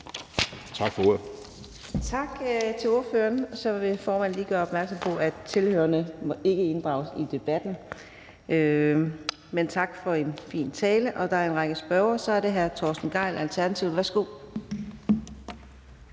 Adsbøl): Tak til ordføreren. Formanden vil lige gøre opmærksom på, at tilhørerne ikke må inddrages i debatten. Men tak for en fin tale. Der er en række spørgere. Først er det hr. Torsten Gejl, Alternativet. Værsgo.